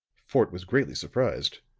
fort was greatly surprised.